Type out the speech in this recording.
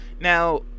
Now